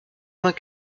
vingt